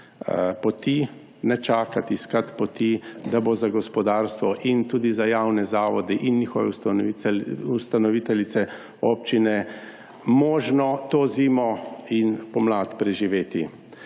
poti, ne čakati, iskati poti, da bo za gospodarstvo in tudi za javne zavode in njihove ustanoviteljice občine možno to zimo in pomlad preživeti.